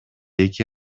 эки